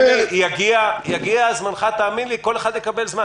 בני ביטון, יגיע זמנך, האמן לי, כל אחד יקבל זמן.